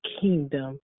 kingdom